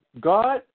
God